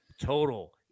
total